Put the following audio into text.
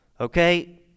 okay